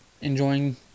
enjoying